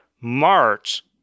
March